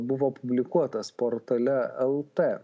buvo publikuotas portale el t